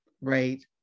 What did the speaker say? Right